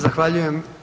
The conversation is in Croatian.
Zahvaljujem.